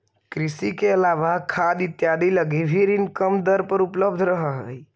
कृषि के अलावा खाद इत्यादि लगी भी ऋण कम दर पर उपलब्ध रहऽ हइ